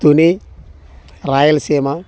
Tuni Rayalaseema